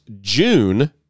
June